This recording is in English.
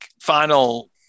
final